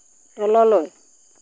তললৈ